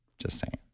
just saying